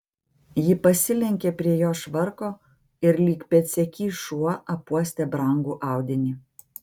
ji pasilenkė prie jo švarko ir lyg pėdsekys šuo apuostė brangų audinį